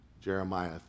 Jeremiah